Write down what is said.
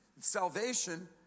salvation